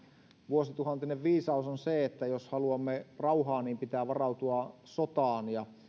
vuosituhantinen viisaus on se että jos haluamme rauhaa niin pitää varautua sotaan